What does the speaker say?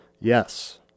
Yes